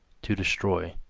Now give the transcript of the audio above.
to destroy.